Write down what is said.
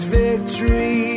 victory